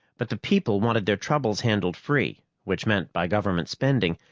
but the people wanted their troubles handled free which meant by government spending,